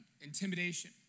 intimidation